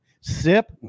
Sip